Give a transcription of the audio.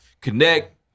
connect